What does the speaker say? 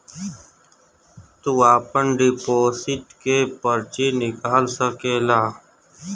तू आपन डिपोसिट के पर्ची निकाल सकेला